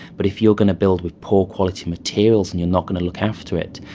but if you're going to build with poor quality materials and you're not going to look after it,